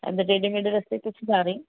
ਇੱਦਾਂ ਟੇਡੇ ਮਡੇ ਰਸਤੇ 'ਤੇ ਜਾ